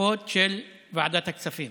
רצופות של ועדת הכספים